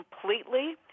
completely